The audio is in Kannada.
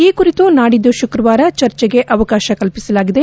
ಈ ಕುರಿತು ನಾಡಿದ್ದು ಶುಕ್ರವಾರ ಚರ್ಚೆಗೆ ಅವಕಾಶ ಕಲ್ಪಿಸಲಾಗಿದೆ